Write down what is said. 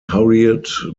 hurried